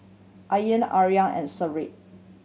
Ain Aryan and Seri